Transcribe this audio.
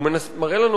הוא מראה לנו,